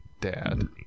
dad